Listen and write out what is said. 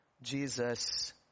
Jesus